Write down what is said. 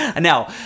now